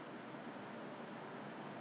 so I think I wash too many times also